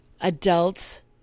adults